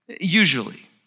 usually